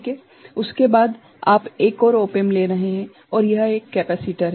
उसके बाद आप एक ऑप एम्प ले रहे हैं और यह एक कैपेसिटर है